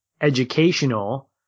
educational